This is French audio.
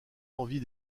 envies